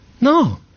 No